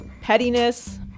Pettiness